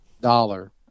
dollar